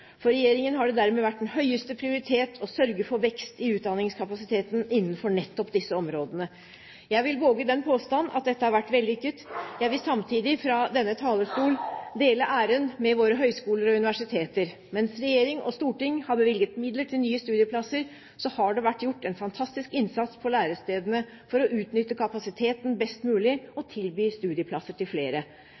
For regjeringen har det dermed vært den høyeste prioritet å sørge for vekst i utdanningskapasiteten innenfor nettopp disse områdene. Jeg vil våge den påstand at dette har vært vellykket. Jeg vil samtidig fra denne talerstol dele æren med våre høyskoler og universitet. Mens regjering og storting har bevilget midler til nye studieplasser, har det vært gjort en fantastisk innsats på lærestedene for å utnytte kapasiteten best mulig og tilby studieplasser til flere.